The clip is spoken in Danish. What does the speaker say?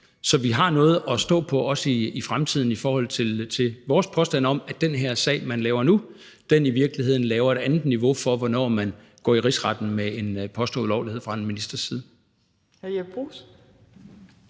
har noget at stå på i forhold til vores påstand om, at den her sag, man rejser nu, i virkeligheden skaber et andet niveau for, hvornår man går i Rigsretten med en påstået ulovlighed fra en ministers side.